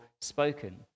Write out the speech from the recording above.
spoken